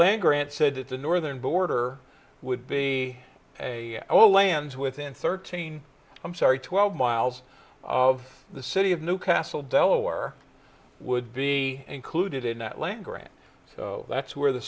land grant said that the northern border would be a whole lands within thirteen i'm sorry twelve miles of the city of new castle delaware would be included in that language and that's where the